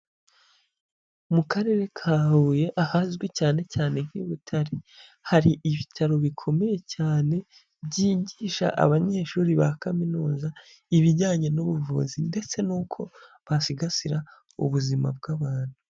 Mu karere ka Huye ahazwi cyane cyane nk'i Butare, hari ibitaro bikomeye cyane byigisha abanyeshuri ba kaminuza ibijyanye n'ubuvuzi ndetse n'uko basigasira ubuzima bw'abantu.